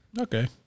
Okay